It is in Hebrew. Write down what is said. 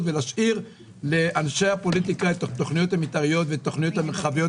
ולהשאיר לאנשי הפוליטיקה את התוכניות המתארייות ואת התוכניות המרחביות.